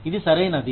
ఇది సరైనది